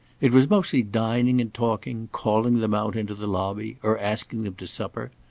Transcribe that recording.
it was mostly dining and talking, calling them out into the lobby or asking them to supper.